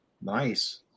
Nice